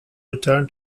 return